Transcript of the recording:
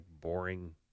boring